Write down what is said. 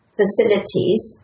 facilities